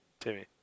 Timmy